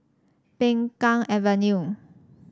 Peng Kang Avenue